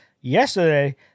Yesterday